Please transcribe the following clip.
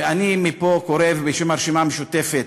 ואני מפה קורא בשם הרשימה המשותפת: